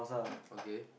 okay